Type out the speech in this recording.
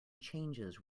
changes